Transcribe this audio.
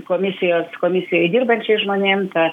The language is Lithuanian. komisijos komisijoj dirbančiais žmonėm ta